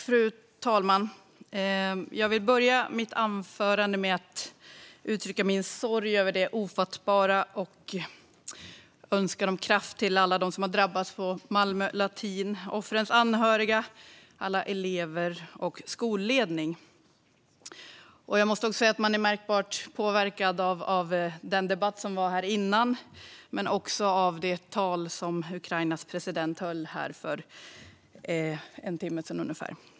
Fru talman! Jag vill börja mitt anförande med att uttrycka min sorg över det ofattbara. Jag önskar kraft till alla dem som drabbats på Malmö latinskola, offrens anhöriga, alla elever och skolledning. Vi är märkbart påverkade av den debatt som var här innan, men också av det tal som Ukrainas president höll här för ungefär en timme sedan.